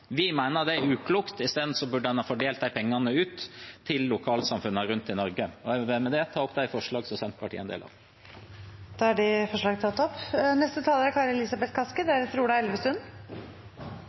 Vi mener det er uklokt. I stedet burde en fordelt de pengene ut til lokalsamfunnene rundt om i Norge. Jeg vil med det ta opp de forslagene som Senterpartiet er en del av. Da har representanten Sigbjørn Gjelsvik tatt opp